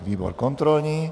Výbor kontrolní.